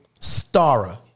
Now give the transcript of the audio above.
Stara